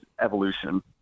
evolution